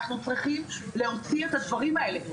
אנחנו צריכים להוציא את הדברים האלה,